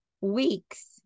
weeks